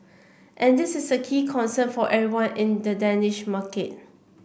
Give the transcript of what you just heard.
and this is a key concern for everyone in the Danish market